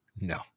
No